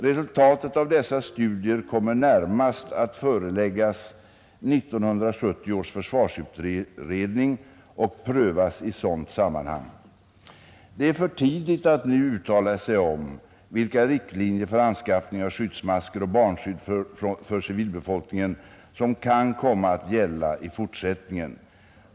Resultatet av dessa studier kommer närmast att föreläggas 1970 års försvarsutredning och prövas i sådant sammanhang. Det är för tidigt att nu uttala sig om vilka riktlinjer för anskaffning av skyddsmasker och barnskydd för civilbefolkningen som kan komma att gälla i fortsättningen.